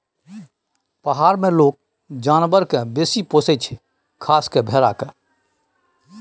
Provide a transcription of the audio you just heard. पहार मे लोक जानबर केँ बेसी पोसय छै खास कय भेड़ा केँ